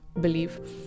Believe